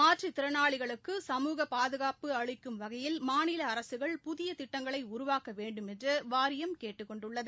மாற்றுத்திறனாளிகளிகளுக்கு சமூக பாதுகாப்பு அளிக்கும் வகையில் மாநில அரசுகள் புதிய திட்டங்களை உருவாக்க வேண்டுமென்று வாரியம் கேட்டுக் கொண்டுள்ளது